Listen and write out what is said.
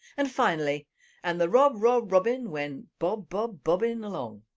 and finally and the rob rob robin went bob bob bobbin along!